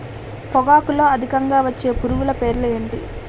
పొగాకులో అధికంగా వచ్చే పురుగుల పేర్లు ఏంటి